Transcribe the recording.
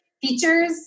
features